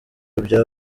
bya